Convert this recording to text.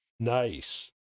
Nice